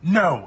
no